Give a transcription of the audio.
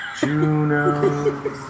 Juno